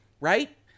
right